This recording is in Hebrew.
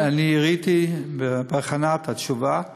ראיתי את התשובה בהכנה,